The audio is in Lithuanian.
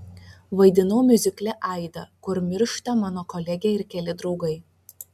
vaidinau miuzikle aida kur miršta mano kolegė ir keli draugai